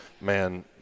man